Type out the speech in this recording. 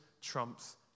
trumps